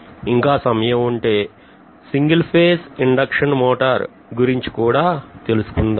ఇంకా సమయం ఉంటే సింగిల్ ఫేజ్ ఇండక్షన్ మోటార్ గురించి కూడా తెలుసుకుందాం